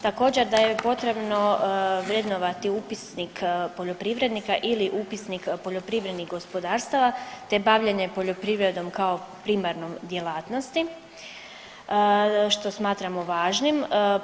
Također da je potrebno vrednovati upisnik poljoprivrednika ili upisnik poljoprivrednih gospodarstava, te bavljenje poljoprivredom kao primarnom djelatnosti što smatramo važnim.